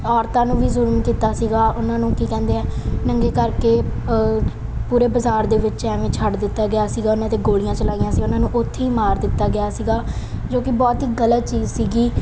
ਔਰਤਾਂ ਨੂੰ ਵੀ ਜ਼ੁਲਮ ਕੀਤਾ ਸੀਗਾ ਉਹਨਾਂ ਨੂੰ ਕੀ ਕਹਿੰਦੇ ਆ ਨੰਗੇ ਕਰਕੇ ਪੂਰੇ ਬਾਜ਼ਾਰ ਦੇ ਵਿੱਚ ਐਵੇਂ ਛੱਡ ਦਿੱਤਾ ਗਿਆ ਸੀਗਾ ਉਹਨਾਂ 'ਤੇ ਗੋਲੀਆਂ ਚਲਾਈਆਂ ਸੀ ਉਹਨਾਂ ਨੂੰ ਉੱਥੇ ਹੀ ਮਾਰ ਦਿੱਤਾ ਗਿਆ ਸੀਗਾ ਜੋ ਕਿ ਬਹੁਤ ਹੀ ਗ਼ਲਤ ਚੀਜ਼ ਸੀਗੀ